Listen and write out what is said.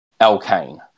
alkane